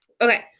okay